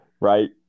Right